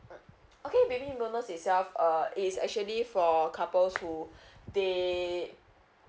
okay maybe bonus itself uh it is actually for couples who they